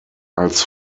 als